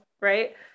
right